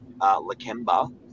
Lakemba